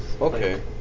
Okay